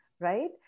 right